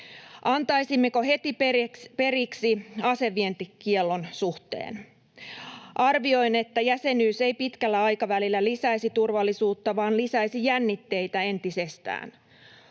Antaisimmeko heti periksi asevientikiellon suhteen? Arvioin, että jäsenyys ei pitkällä aikavälillä lisäisi turvallisuutta vaan lisäisi jännitteitä entisestään.